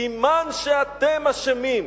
סימן שאתם אשמים.